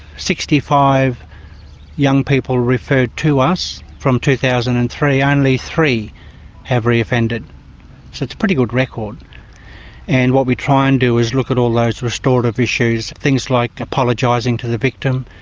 sixty five young people referred to us from two thousand and three only three have re-offended. so it's a pretty good record and what we try and do is look at all those restorative issues, things like apologising to the victim.